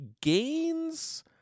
gains